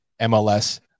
mls